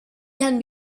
can